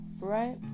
Right